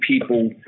people